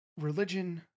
religion